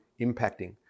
impacting